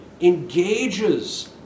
engages